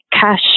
cash